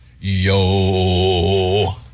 Yo